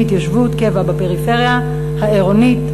התיישבות קבע בפריפריה העירונית,